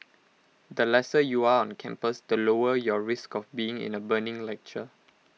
the lesser you are on campus the lower your risk of being in A burning lecture